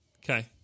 Okay